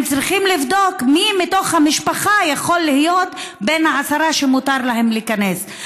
הם צריכים לבדוק מי מתוך המשפחה יכול להיות בין העשרה שמותר להם להיכנס.